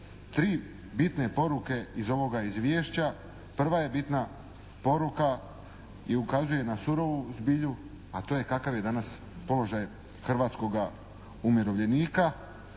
tri bitne poruke iz ovoga izvješća. Prva je bitna poruka i ukazuje na surovu zbilju a to je kakav je danas položaj hrvatskoga umirovljenika